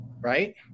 right